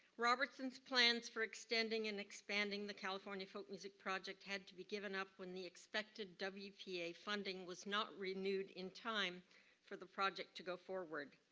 robertson's plans for extending and expanding the california folk music project had to be given up when the expected ah wpa funding was not renewed in time for the project to go forward.